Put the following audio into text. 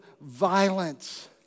violence